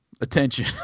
attention